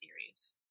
series